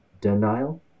Denial